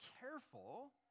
careful